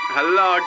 Hello